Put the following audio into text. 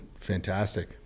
fantastic